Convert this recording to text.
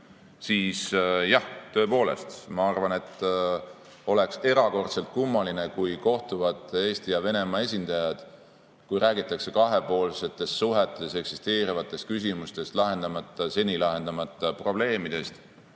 siis jah, tõepoolest ma arvan, et oleks erakordselt kummaline, et kui kohtuvad Eesti ja Venemaa esindajad ja kui räägitakse kahepoolsetes suhetes eksisteerivatest küsimustest, seni lahendamata probleemidest,